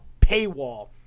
paywall